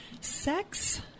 Sex